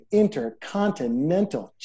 intercontinental